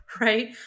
right